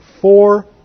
four